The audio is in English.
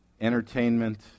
Entertainment